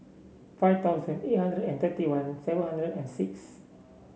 five thousand eight hundred and thirty one seven hundred and six